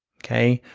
okay?